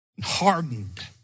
Hardened